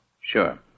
Sure